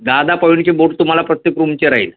दहा दहा पॉईंटचे बोर्ट तुम्हाला प्रत्येक रूमचे राहील